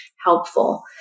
helpful